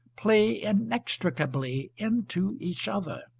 play inextricably into each other.